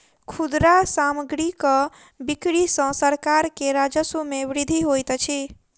खुदरा सामग्रीक बिक्री सॅ सरकार के राजस्व मे वृद्धि होइत अछि